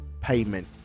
payment